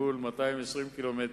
גבול של 220 ק"מ.